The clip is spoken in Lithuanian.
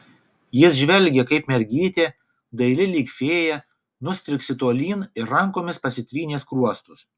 jis žvelgė kaip mergytė daili lyg fėja nustriksi tolyn ir rankomis pasitrynė skruostus